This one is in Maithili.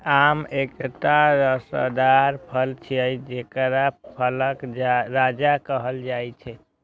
आम एकटा रसदार फल छियै, जेकरा फलक राजा कहल जाइ छै